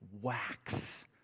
wax